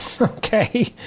Okay